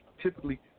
typically